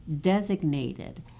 designated